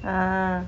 ah